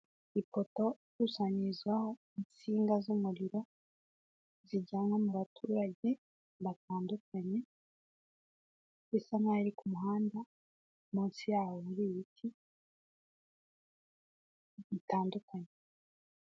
Ipoto ikusanyirizwaho insinga z'umuriro, zijyanwa mu baturage batandukanye, bisa nkaho iri ku muhanda munsi yawo hari ibiti bitandukanye.